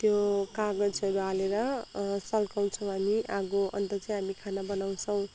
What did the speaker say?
त्यो कागजहरू हालेर सल्काउँछौँ हामी आगो अन्त चाहिँ हामाी खाना बनाउँछौँ